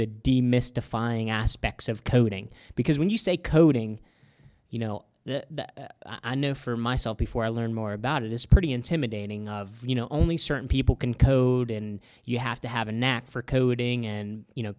demystifying aspects of coding because when you say coding you know the i know for myself before i learned more about it it's pretty intimidating of you know only certain people can code and you have to have a knack for coding and you know